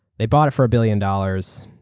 they bought it for a billion dollars.